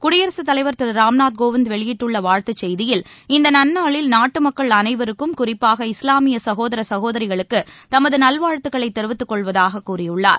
குடியரசு தலைவர் திரு ராம்நாத் கோவிந்த் வெளியிட்டுள்ள வாழ்த்துச் செய்தியில் இந்த நன்னாளில் நாட்டு மக்கள் அனைவருக்கும் குறிப்பாக இஸ்லாமிய சகோதர சகோதரிகளுக்கு தமது நல்வாழ்த்துகளை தெரிவித்துக் கொள்வதாக கூறியுள்ளார்